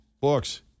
Books